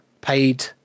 paid